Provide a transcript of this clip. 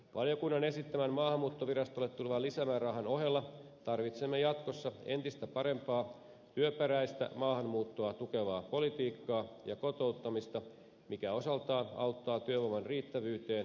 valiokunnan esittämän maahanmuuttovirastolle tulevan lisämäärärahan ohella tarvitsemme jatkossa entistä parempaa työperäistä maahanmuuttoa tukevaa politiikkaa ja kotouttamista mikä osaltaan auttaa työvoiman riittävyyteen liittyvissä haasteissa